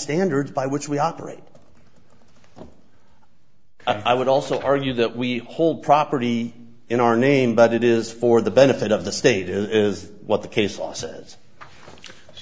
standards by which we operate i would also argue that we hold property in our name but it is for the benefit of the state is what the case law says